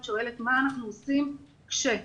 את שואלת מה אנחנו עושים כש ---.